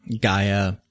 Gaia